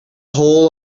whole